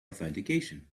authentication